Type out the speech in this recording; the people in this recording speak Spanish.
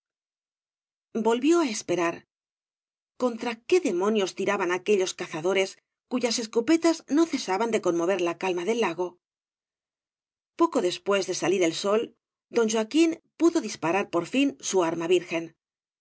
volvió á esperar contra qué demonios tira ban aquellos cazadores cuyas escopetas no cesaban de conmover la calma del lago poco después de alir el sol don joaquín pudo disparar por fin su arma virgen